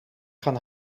gaan